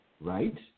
right